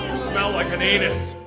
smell like an anus!